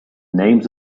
names